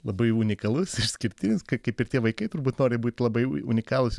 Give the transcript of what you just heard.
labai unikalus išskirtinis kaip kaip ir tie vaikai turbūt nori būt labai unikalūs